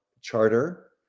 charter